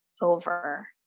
over